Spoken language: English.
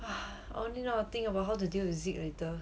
I only know how to think about how to deal with zeke later